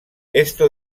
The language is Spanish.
esto